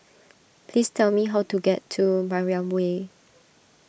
please tell me how to get to Mariam Way